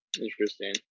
interesting